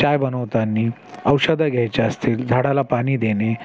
चाय बनवताना औषधं घ्यायचे असतील झाडाला पाणी देणे